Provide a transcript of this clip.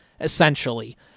essentially